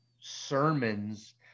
sermons